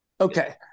okay